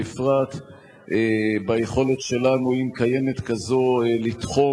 בפרט ביכולת שלנו אם קיימת כזו לתחום